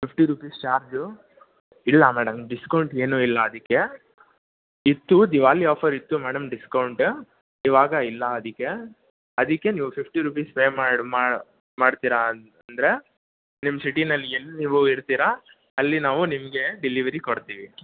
fifty rupees charge ಇಲ್ಲ madam discount ಏನು ಇಲ್ಲ ಅದಕ್ಕೆ ಇತ್ತು ದಿವಾಲಿ ಆಫರ್ ಇತ್ತು ಮೇಡಮ್ ಡಿಸ್ಕೌಂಟು ಇವಾಗ ಇಲ್ಲ ಅದಕ್ಕೆ ಅದಕ್ಕೆ ನೀವು ಫಿಫ್ಟಿ ರುಪೀಸ್ ಪೇ ಮಾಡ್ ಮಾಡ್ತಿರಾ ಅನ್ ಅಂದರೆ ನಿಮ್ಮ ಸಿಟಿನಲ್ಲಿ ಎಲ್ಲಿ ನೀವು ಇರ್ತಿರ ಅಲ್ಲಿ ನಾವು ನಿಮಗೆ ಡೆಲಿವರಿ ಕೊಡ್ತೀವಿ